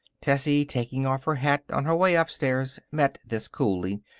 tessie, taking off her hat on her way upstairs, met this coolly.